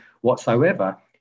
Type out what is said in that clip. whatsoever